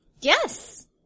Yes